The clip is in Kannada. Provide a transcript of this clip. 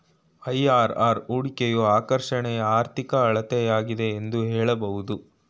ಐ.ಆರ್.ಆರ್ ಹೂಡಿಕೆಯ ಆಕರ್ಷಣೆಯ ಆರ್ಥಿಕ ಅಳತೆಯಾಗಿದೆ ಎಂದು ಹೇಳಬಹುದು